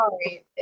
Sorry